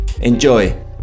enjoy